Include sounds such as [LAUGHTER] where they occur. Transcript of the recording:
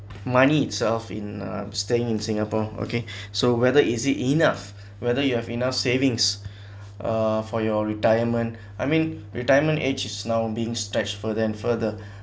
money itself in uh staying in singapore okay [BREATH] so whether is it enough whether you have enough savings [BREATH] uh for your retirement I mean retirement age is now being stretched further and further